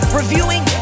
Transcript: reviewing